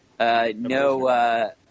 No